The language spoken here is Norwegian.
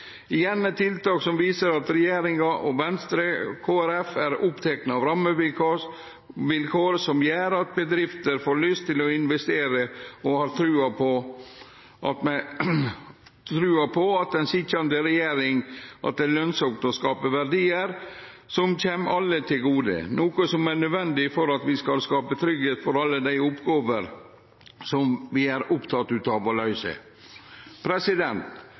igjen eit tiltak som viser at regjeringa og Venstre og Kristeleg Folkeparti er opptekne av å ha rammevilkår som gjer at bedrifter får lyst til å investere og har trua på den sitjande regjeringa, på at det er lønsamt å skape verdiar som kjem alle til gode, noko som er nødvendig for at vi skal skape tryggleik for alle dei oppgåvene som vi er opptekne av å løyse.